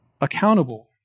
accountable